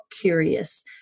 curious